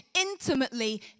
intimately